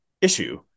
issue